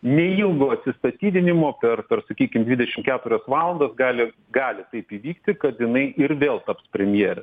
neilgo atsistatydinimo per per sakykim dvidešim keturias valandas gali gali taip įvykti kad jinai ir vėl taps premjere